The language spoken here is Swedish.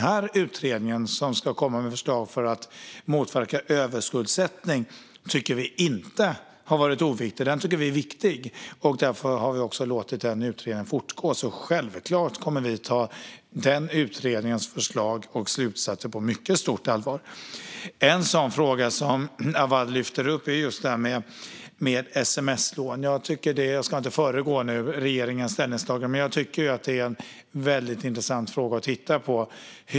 Men utredningen som ska komma med förslag för att motverka överskuldsättning tycker vi inte har varit oviktig. Den tycker vi är viktig, och därför har vi också låtit den fortgå. Självklart kommer vi att ta den utredningens förslag och slutsatser på mycket stort allvar. En fråga som Awad lyfter upp är sms-lån. Jag ska inte föregripa regeringens ställningstagande, men jag tycker att det är en väldigt intressant fråga att titta på.